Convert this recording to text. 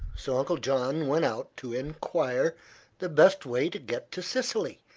so uncle john went out to enquire the best way to get to sicily,